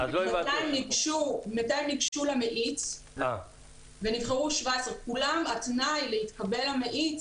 200 ניגשו למאיץ ונבחרו 17. התנאי להתקבל למאיץ